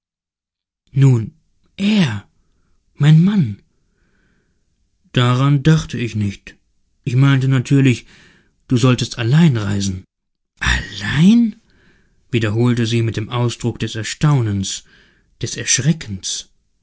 nun er mein mann daran dachte ich nicht ich meinte natürlich du solltest allein reisen allein wiederholte sie mit dem ausdruck des erstaunens des erschreckens